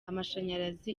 amashanyarazi